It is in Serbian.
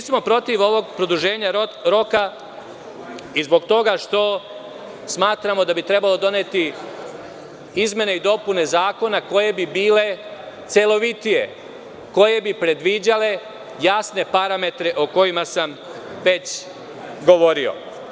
Mi smo protiv ovog produženja roka i zbog toga što smatramo da bi trebalo doneti izmene i dopune zakona koje bi bile celovitije, koje bi predviđale jasne parametre o kojima sam već govorio.